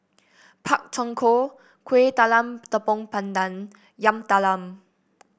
Pak Thong Ko Kueh Talam Tepong Pandan Yam Talam